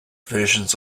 versions